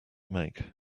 make